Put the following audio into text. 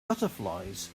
butterflies